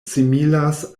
similas